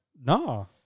No